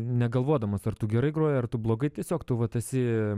negalvodamas ar tu gerai groji ar tu blogai tiesiog tu vat esi